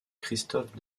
christophe